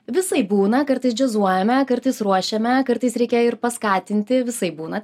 visaip būna kartais džiazuojame kartais ruošiame kartais reikia ir paskatinti visaip būna